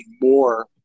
more